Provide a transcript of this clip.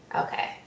Okay